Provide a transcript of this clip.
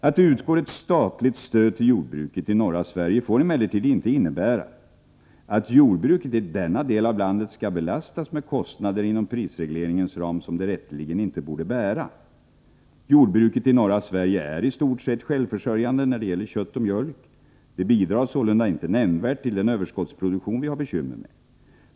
Att det utgår ett statligt stöd till jordbruket i norra Sverige får emellertid inte innebära att jordbruket i denna del av landet skall belastas med kostnader inom prisregleringens ram som det rätteligen inte borde bära. Jordbruket i norra Sverige är i stort sett självförsörjande när det gäller kött och mjölk. Det bidrar sålunda inte nämnvärt till den överskottsproduktion vi har bekymmer med.